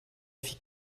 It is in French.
fit